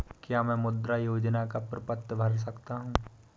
क्या मैं मुद्रा योजना का प्रपत्र भर सकता हूँ?